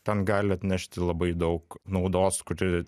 ten gali atnešti labai daug naudos kuri